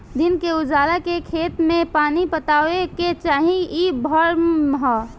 दिन के उजाला में खेत में पानी पटावे के चाही इ भ्रम ह